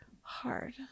hard